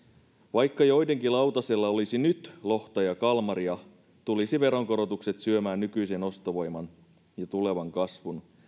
vaikka joidenkin lautasella olisi nyt lohta ja kalmaria tulisivat veronkorotukset syömään nykyisen ostovoiman ja tulevan kasvun